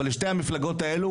אבל לשתי המפלגות האלו,